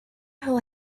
who